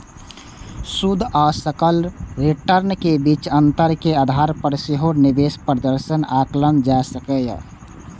शुद्ध आ सकल रिटर्न के बीच अंतर के आधार पर सेहो निवेश प्रदर्शन आंकल जा सकैए